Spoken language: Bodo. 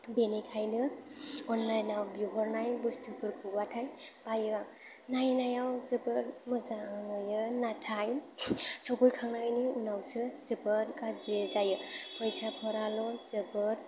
बेनिखायनो अनलाइनआव बिहरनाय बुस्तुफोरखौबाथाय बायो आं नायनायाव जोबोर मोजां नुयो नाथाय सफैखांनायनि उनावसो जोबोद गाज्रि जायो फैसाफोराल' जोबोद